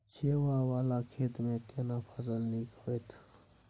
छै ॉंव वाला खेत में केना फसल नीक होयत?